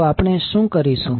તો આપણે શું કરીશું